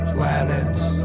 Planets